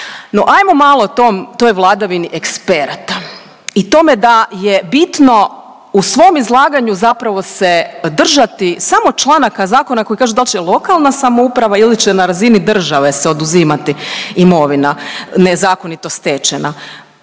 ajmo malo o tom, toj vladavini eksperata i tome da je bitno u svom izlaganju zapravo se držati samo članaka zakona koji kažu dal će lokalna samouprava ili će na razini države se oduzimati imovina nezakonito stečena.